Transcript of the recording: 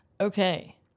Okay